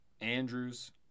Andrews